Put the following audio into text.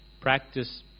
practice